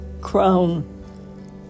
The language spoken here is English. crown